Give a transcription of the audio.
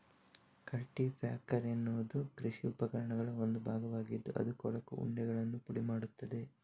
culti packer ಎನ್ನುವುದು ಕೃಷಿ ಉಪಕರಣಗಳ ಒಂದು ಭಾಗವಾಗಿದ್ದು ಅದು ಕೊಳಕು ಉಂಡೆಗಳನ್ನು ಪುಡಿ ಮಾಡುತ್ತದೆ